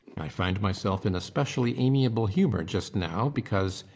i find myself in a specially amiable humor just now because,